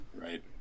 right